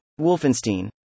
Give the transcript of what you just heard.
Wolfenstein